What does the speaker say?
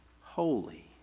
holy